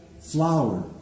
flower